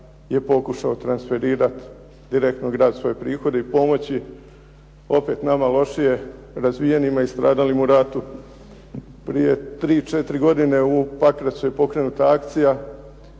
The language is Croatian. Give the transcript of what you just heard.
je pokušao transferirat direktno grad svoje prihode i pomoći opet nama lošije razvijenima i stradalima u ratu. Prije 3-4 godine u Pakracu je pokrenuta akcija